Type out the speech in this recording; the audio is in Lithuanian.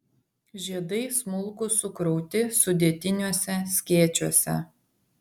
žiedai smulkūs sukrauti sudėtiniuose skėčiuose